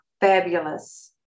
fabulous